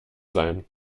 sein